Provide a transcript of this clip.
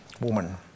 woman